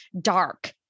dark